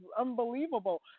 unbelievable